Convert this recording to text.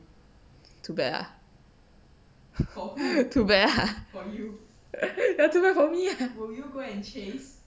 too bah lah too bad lah ya too bad for me ah